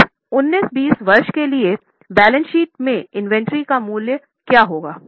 अब19 और 20 वर्ष के लिए बैलेंस शीट में इन्वेंट्री का मूल्य क्या होगा